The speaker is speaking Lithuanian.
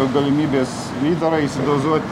galimybės įdarą įsidozuot